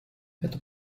это